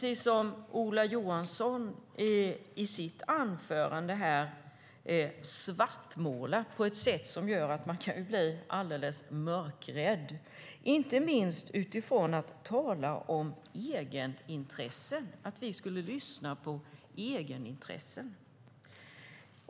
I sitt inlägg svartmålar Ola Johansson på ett sätt som gör att man blir alldeles mörkrädd, inte minst när han talar om egenintresse, att vi skulle lyssna på egenintressen.